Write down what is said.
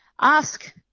ask